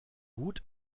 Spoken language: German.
gut